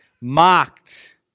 mocked